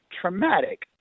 traumatic